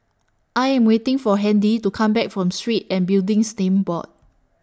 I Am waiting For Handy to Come Back from Street and Buildings Names Board